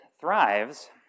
thrives